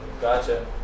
gotcha